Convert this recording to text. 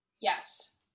Yes